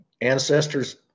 ancestors